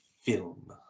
film